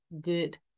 good